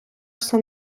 все